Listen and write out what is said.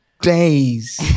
days